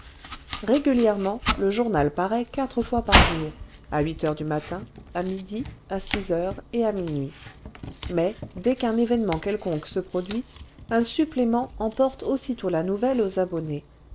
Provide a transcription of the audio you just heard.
régulièrement le journal paraît quatre fois par jour à huit heures du matin à midi à six heures et à minuit mais dès qu'un événement quelconque se produit un supplément eii porte aussitôt la nouvelle aux abonnés